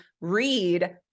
read